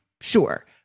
Sure